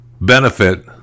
benefit